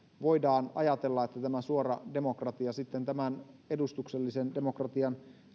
voidaan ajatella että tämä suora demokratia sitten tämän edustuksellisen demokratian